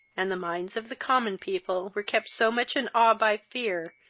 and the minds of the common people were kept so much in awe by fear,